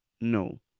No